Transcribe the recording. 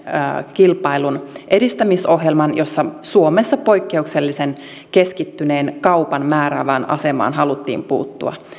kilpailun edistämisohjelman jossa suomessa poikkeuksellisen keskittyneen kaupan määräävään asemaan haluttiin puuttua